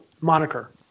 moniker